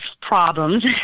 problems